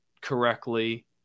correctly